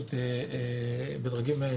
התייחסות שלהם.